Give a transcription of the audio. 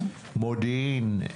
מודיעין,